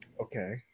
Okay